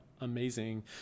amazing